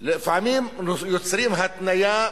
לפעמים יוצרים התניה,